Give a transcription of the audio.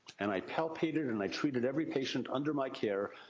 and i palpated and i treated every patient under my care.